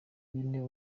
wintebe